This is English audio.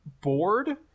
bored